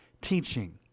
teaching